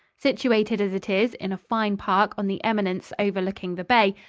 situated as it is, in a fine park on the eminence overlooking the bay,